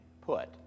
put